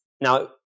Now